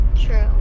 True